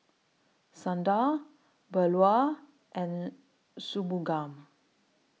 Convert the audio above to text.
Sundar Bellur and Shunmugam